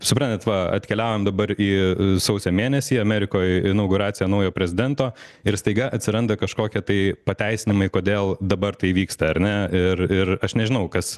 suprantat va atkeliavom dabar į sausio mėnesį amerikoj inauguracija naujo prezidento ir staiga atsiranda kažkokie tai pateisinamai kodėl dabar tai vyksta ar ne ir ir aš nežinau kas